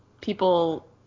people